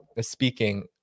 speaking